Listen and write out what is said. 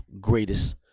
greatest